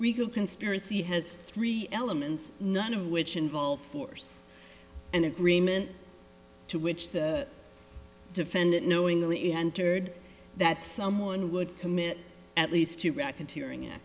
could conspiracy has three elements none of which involve force and agreement to which the defendant knowingly entered that someone would commit at least two racketeering